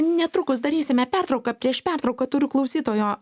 netrukus darysime pertrauką prieš pertrauką turiu klausytojo